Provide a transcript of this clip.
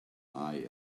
eye